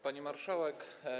Pani Marszałek!